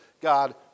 God